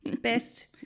best